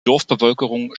dorfbevölkerung